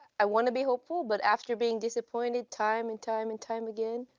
i want to be hopeful, but after being disappointed time and time and time again,